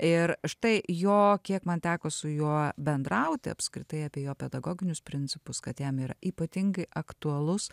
ir štai jo kiek man teko su juo bendrauti apskritai apie jo pedagoginius principus kad jam yra ypatingai aktualus